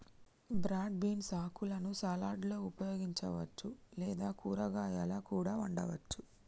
broad beans ఆకులను సలాడ్లలో ఉపయోగించవచ్చు లేదా కూరగాయాలా కూడా వండవచ్చు